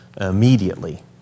immediately